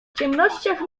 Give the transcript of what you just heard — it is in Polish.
ciemnościach